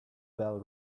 bell